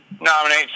nominate